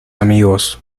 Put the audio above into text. amigos